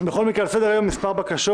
בכל מקרה על סדר היום כמה בקשות: